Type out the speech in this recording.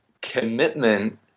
commitment